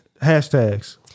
hashtags